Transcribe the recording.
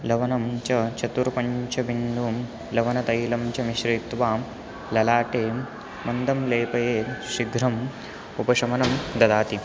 लवनं च चतुर्पञ्चबिन्दुं लवनतैलं च मिश्रयित्वा ललाटे मन्दं लेपयेत् शीघ्रम् उपशमनं ददाति